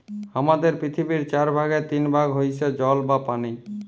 হামাদের পৃথিবীর চার ভাগের তিন ভাগ হইসে জল বা পানি